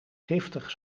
giftig